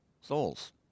souls